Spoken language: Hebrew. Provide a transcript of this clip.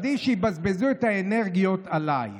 עדיף שיבזבזו את האנרגיות עליי".